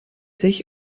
sich